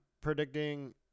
predicting